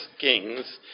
Kings